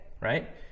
right